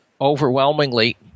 overwhelmingly